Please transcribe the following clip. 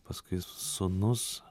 paskui sūnus